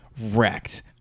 wrecked